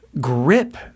grip